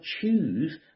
choose